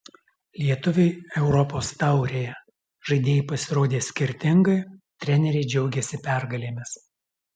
lietuviai europos taurėje žaidėjai pasirodė skirtingai treneriai džiaugėsi pergalėmis